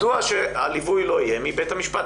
מדוע שהליווי לא יהיה מבית המשפט?